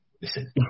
listen